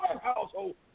household